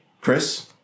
Chris